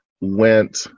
went